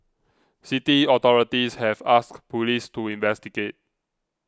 city authorities have asked police to investigate